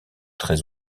très